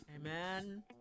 Amen